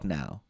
now